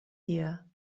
here